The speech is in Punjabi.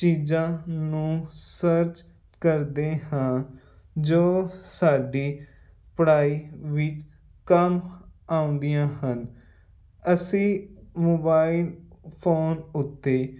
ਚੀਜ਼ਾਂ ਨੂੰ ਸਰਚ ਕਰਦੇ ਹਾਂ ਜੋ ਸਾਡੀ ਪੜ੍ਹਾਈ ਵਿੱਚ ਕੰਮ ਆਉਂਦੀਆਂ ਹਨ ਅਸੀਂ ਮੋਬਾਈਲ ਫੋਨ ਉੱਤੇ